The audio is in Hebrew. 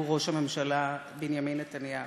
הוא ראש הממשלה בנימין נתניהו.